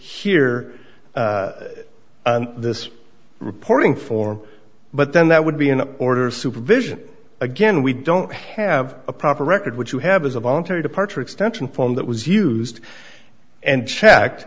and this reporting for but then that would be an order supervision again we don't have a proper record which you have is a voluntary departure extension form that was used and checked